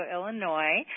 Illinois